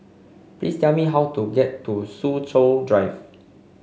please tell me how to get to Soo Chow Drive